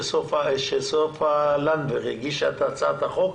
כשסופה לנדבר הגישה את הצעת החוק,